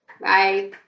Bye